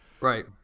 right